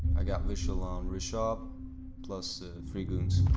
i've got visual on ryzhov plus three goons.